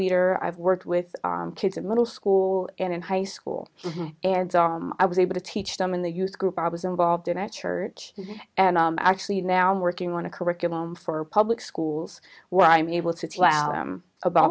leader i've worked with kids in middle school and in high school and i was able to teach them in the youth group i was involved in a church and actually now i'm working on a curriculum for public schools where i'm able to challenge him about